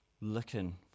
looking